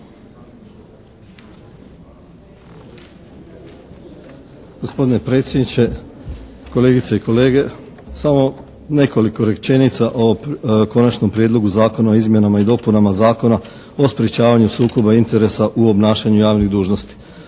Gospodine predsjedniče, kolegice i kolege. Samo nekoliko rečenica o Konačnom prijedlogu Zakona o izmjenama i dopunama Zakona o sprječavanju sukoba interesa u obnašanju javnih dužnosti.